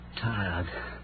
tired